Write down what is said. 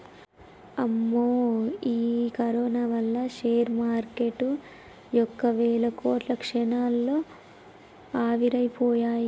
అమ్మో ఈ కరోనా వల్ల షేర్ మార్కెటు యొక్క వేల కోట్లు క్షణాల్లో ఆవిరైపోయాయి